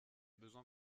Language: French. besoins